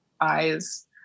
eyes